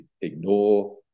ignore